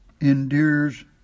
endures